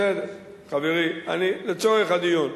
חברי, לצורך הדיון.